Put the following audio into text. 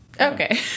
Okay